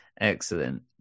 Excellent